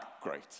great